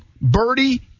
birdie